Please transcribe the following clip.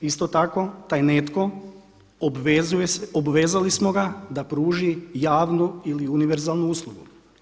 Isto tako taj netko, obvezali smo ga da pruži javnu ili univerzalnu uslugu.